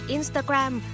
Instagram